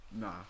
Nah